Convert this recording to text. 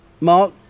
Mark